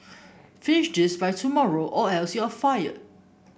finish this by tomorrow or else you'll fired